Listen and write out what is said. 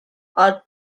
are